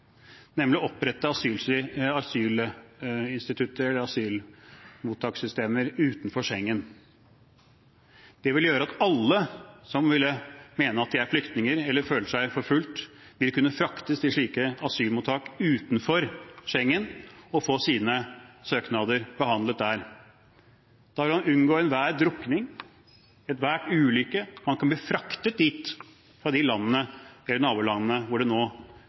nemlig å opprette asylinstitutter, asylmottakssystemer, utenfor Schengen. Det ville gjøre at alle som ville mene at de er flyktninger eller føler seg forfulgt, ville kunne fraktes til slike asylmottak utenfor Schengen og få sine søknader behandlet der. Da ville man unngå enhver drukning, enhver ulykke, man kunne bli fraktet dit fra de nabolandene hvor det nå